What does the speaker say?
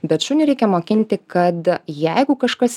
bet šunį reikia mokinti kad jeigu kažkas